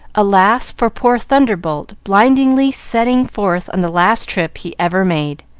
alas, for poor thunderbolt blindly setting forth on the last trip he ever made!